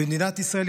במדינת ישראל,